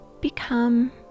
become